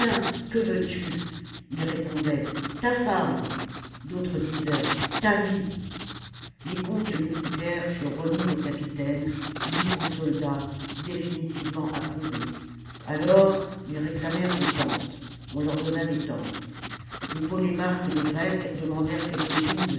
que veux-tu ils répondaient ta femme d'autres disaient ta vie les comptes militaires furent remis aux capitaines lus aux soldats définitivement approuvés alors ils réclamèrent des tentes on leur donna des tentes les polémarques des grecs demandèrent quelques-unes